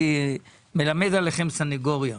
אני מלמד עליכם סנגוריה.